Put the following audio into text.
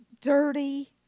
dirty